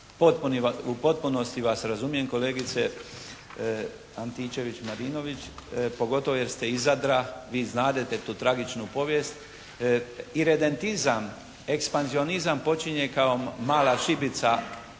U potpunosti vas razumijem kolegice Antičević Marinović, pogotovo jer ste iz Zadra. Vi znadete tu tragičnu povijest. Iredentizam, ekspanzionizam počinje kao mala šibica nakon